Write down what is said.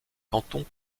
cantons